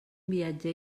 viatger